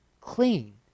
clean